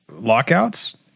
lockouts